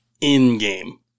in-game